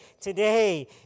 Today